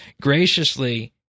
graciously